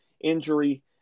injury